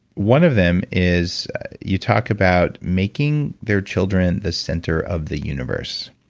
one of them is you talk about making their children the center of the universe.